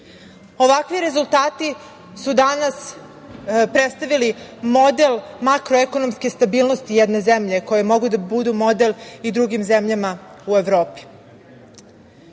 Ovakvi rezultati su danas predstavili model makroekonomske stabilnosti jedne zemlje koji mogu da budu model i drugim zemljama u Evropi. Ako